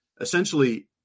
essentially